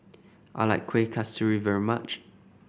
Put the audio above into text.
I like Kuih Kasturi very much